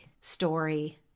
story